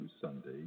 Sunday